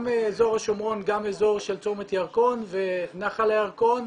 גם אזור השומרון וגם אזור של צומת ירקון ונחל ירקון,